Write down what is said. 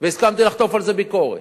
והסכמתי לחטוף על זה ביקורת.